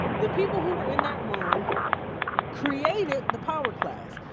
the people who were in that room created the power class.